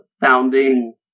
founding